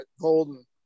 golden